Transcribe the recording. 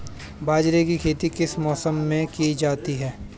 बाजरे की खेती किस मौसम में की जाती है?